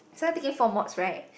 Sarah taking four mods [right]